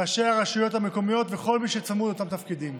ראשי הרשויות המקומיות וכל מי שצמוד לאותם תפקידים.